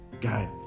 Guy